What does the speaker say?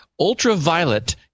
ultraviolet